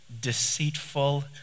deceitful